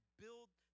build